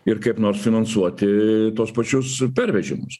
ir kaip nors finansuoti tuos pačius pervežimus